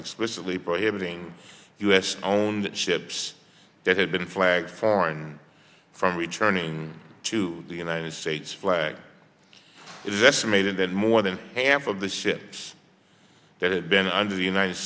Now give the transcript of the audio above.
explicitly prohibiting u s owned ships that had been flagged foreign from returning to the united states flag it is estimated that more than half of the ships that had been under the united